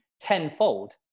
tenfold